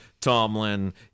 Tomlin